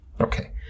Okay